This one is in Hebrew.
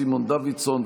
סימון דוידסון,